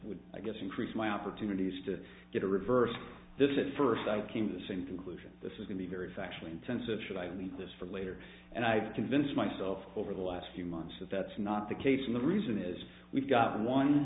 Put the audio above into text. would i guess increase my opportunities to do to reverse this at first i came to the same conclusion this is going to be very factually intensive should i leave this for later and i've convinced myself over the last few months that that's not the case and the reason is we've got one